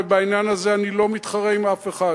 ובעניין הזה אני לא מתחרה עם אף אחד.